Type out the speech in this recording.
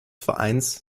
vereins